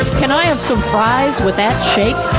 can i have some fries with that shake?